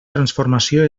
transformació